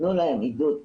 תנו להם עידוד,